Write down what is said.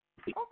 Okay